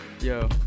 yo